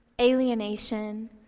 alienation